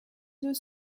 deux